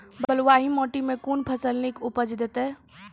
बलूआही माटि मे कून फसल नीक उपज देतै?